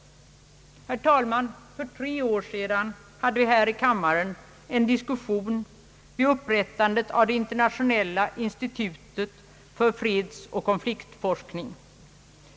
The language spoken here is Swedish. Herr talman! För tre år sedan hade vi här i kammaren en diskussion vid upprättandet av det internationella institutet för fredsoch konfliktforskning.